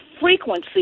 frequency